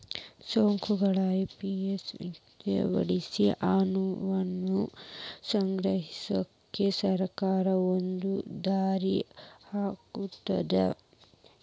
ಸುಂಕಗಳ ಐತಿಹಾಸಿಕವಾಗಿ ಆದಾಯವನ್ನ ಸಂಗ್ರಹಿಸಕ ಸರ್ಕಾರಕ್ಕ ಒಂದ ದಾರಿ ಆಗ್ಯಾದ